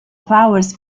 powers